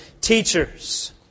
teachers